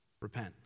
repent